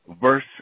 verse